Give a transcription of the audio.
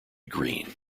green